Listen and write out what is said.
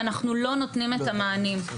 ואנחנו לא נותנים את המענים.